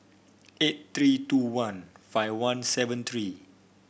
eight three two one five one seven three